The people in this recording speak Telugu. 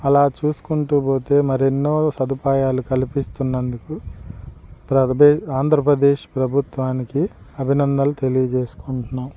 అలా చూసుకుంటూ పోతే మరెన్నో సదుపాయాలు కల్పిస్తున్నందుకు ఆంధ్రప్రదేశ్ ప్రభుత్వానికి అభినందలు తెలియజేసుకుంటున్నాం